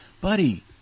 buddy